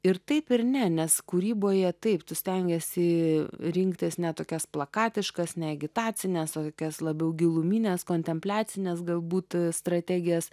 ir taip ir ne nes kūryboje taip tu stengiesi rinktis ne tokias plakatiškas ne agitacines o tokias labiau gilumines kontempliacines galbūt strategijas